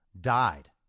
died